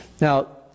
Now